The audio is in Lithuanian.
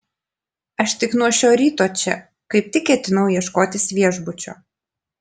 aš tik nuo šio ryto čia kaip tik ketinau ieškotis viešbučio